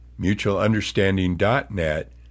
mutualunderstanding.net